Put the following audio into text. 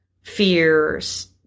fears